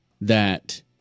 that-